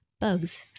Bugs